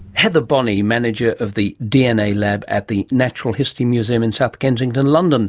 heather bonney, manager of the dna lab at the natural history museum in south kensington, london